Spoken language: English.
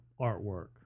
artwork